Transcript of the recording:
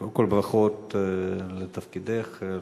קודם כול, ברכות לתפקידך, תודה.